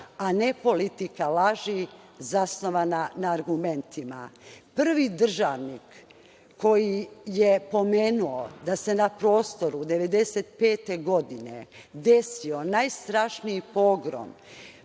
a ne politika laži zasnovana na argumentima. Prvi državnik koji je pomenuo da se na prostoru 1995. godine desio najstrašniji pogrom